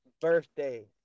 birthday